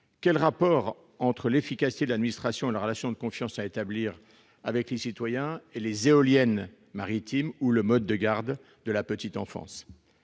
Quel rapport entre l'efficacité de l'administration et la relation de confiance à établir avec les citoyens et les éoliennes maritimes ou les modes de garde de la petite enfance ?